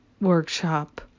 workshop